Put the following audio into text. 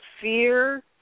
fear